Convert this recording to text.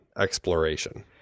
exploration